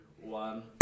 one